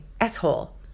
asshole